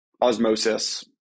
osmosis